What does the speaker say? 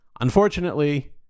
Unfortunately